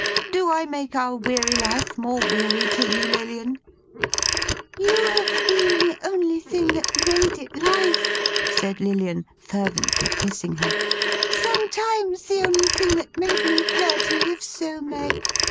do i make our weary life more weary to you, lilian you have been the only thing that made it life said lilian, fervently kissing her sometimes the only thing that made me care to live so, meg.